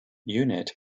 unit